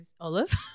Olive